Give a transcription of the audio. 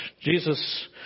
Jesus